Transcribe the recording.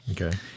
Okay